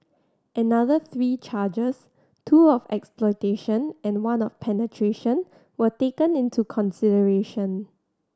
another three charges two of exploitation and one of penetration were taken into consideration